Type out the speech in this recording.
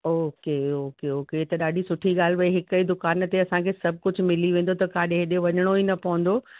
okay okay okay हे त ॾाढी सुठी ॻाल्हि भई हिकु ई दुकान ते असांखे सभु कुझु मिली वेंदो त काॾे हेॾे वञिणो ई न पवंदो